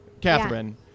Catherine